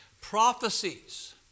prophecies